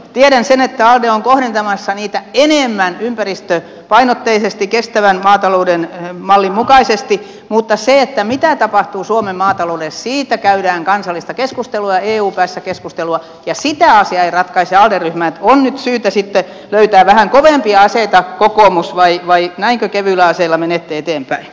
tiedän sen että alde on kohdentamassa niitä enemmän ympäristöpainotteisesti kestävän maatalouden mallin mukaisesti mutta siitä mitä tapahtuu suomen maataloudelle käydään kansallista keskustelua ja eu päässä keskustelua ja sitä asiaa ei ratkaise alde ryhmä niin että nyt on syytä sitten löytää vähän kovempia aseita kokoomus vai näinkö kevyillä aseilla menette eteenpäin